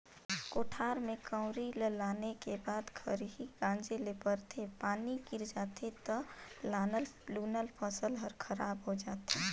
कोठार में कंवरी ल लाने के बाद खरही गांजे ले परथे, पानी गिर जाथे त लानल लुनल फसल हर खराब हो जाथे